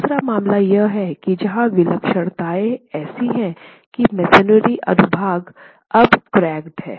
दूसरा मामला यह है कि जहां विलक्षणताएं ऐसी हैं कि मसोनरी अनुभाग अब क्रैकेड हैं